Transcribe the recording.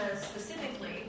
specifically